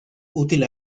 útil